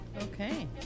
Okay